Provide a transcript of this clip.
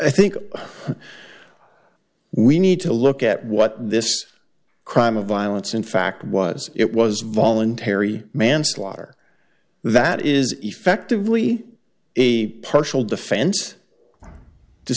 i think we need to look at what this crime of violence in fact was it was voluntary manslaughter that is effectively a partial defense t